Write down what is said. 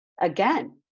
Again